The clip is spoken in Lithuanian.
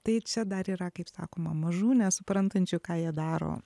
tai čia dar yra kaip sakoma mažų nesuprantančių ką jie daro